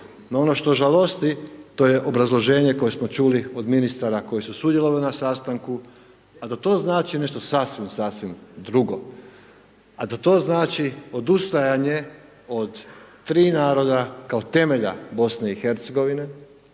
Ono što žalosti to je obrazloženje, koje smo čuli od ministara, koji su sudjelovali na sastanku, a to znači sasvim, sasvim drugo, a da to znači odustajanje od 3 naroda kao temelja BIH, a naš